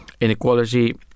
Inequality